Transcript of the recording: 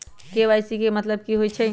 KYC के कि मतलब होइछइ?